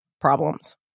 problems